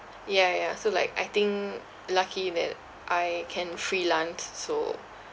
ya ya so like I think lucky that I can freelance so